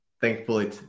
thankfully